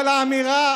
אבל האמירה,